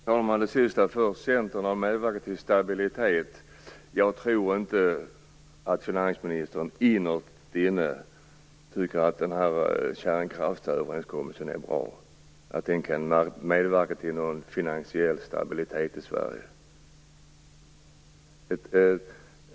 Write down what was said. Herr talman! Jag vill ta upp det sista först, att Centern har medverkat till stabilitet. Jag tror inte att finansministern innerst inne tycker att kärnkraftsöverenskommelsen är bra eller att den kan medverka till någon finansiell stabilitet i Sverige.